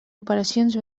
operacions